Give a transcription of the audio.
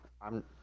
I'm-